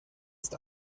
ist